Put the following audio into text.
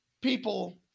people